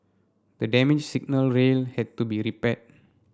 the damaged signal rail had to be repaired